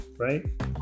Right